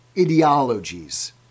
ideologies